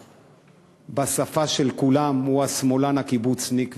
שבשפה של כולם הוא השמאלן הקיבוצניק,